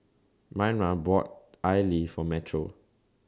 Myrna bought Idly For Metro